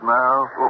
now